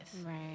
right